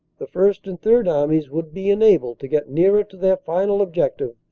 the first and third armies would be enabled to get nearer to their final objective,